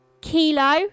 Kilo